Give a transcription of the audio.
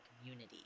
community